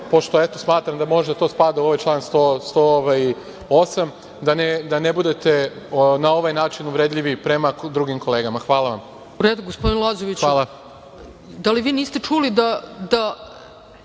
pošto eto smatram da to možda spada ovaj član 108. da ne budete na ovaj način uvredljivi prema drugim kolegama. **Ana Brnabić** U redu gospodine Lazoviću, da li vi niste čuli da